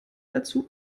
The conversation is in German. dazu